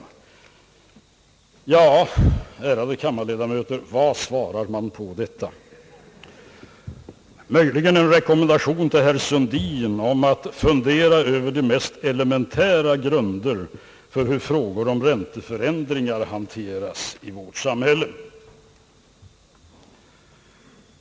Ärade kammarledamöter! Vad svarar man på detta? Möjligen en rekommendation till herr Sundin att fundera över de mest elementära grunder för hur frågor om ränteförändringar hanteras i vårt samhälle.